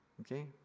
Okay